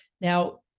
Now